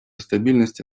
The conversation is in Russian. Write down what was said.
стабильности